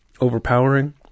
overpowering